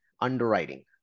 underwriting